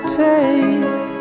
take